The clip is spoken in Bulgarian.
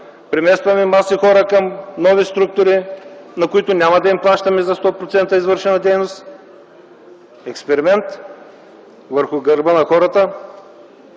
преместване маси хора към нови структури, на които няма да им плащаме за 100% извършена дейност. Експеримент върху гърба на хората.